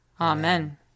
Amen